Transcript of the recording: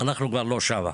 אנחנו כבר לא שם.